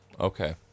Okay